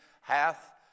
hath